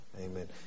Amen